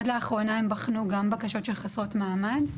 עד לאחרונה הם בחנו גם בקשות של חסרות מעמד,